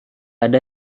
ada